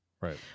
right